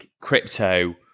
crypto